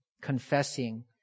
confessing